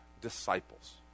disciples